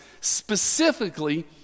specifically